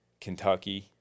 Kentucky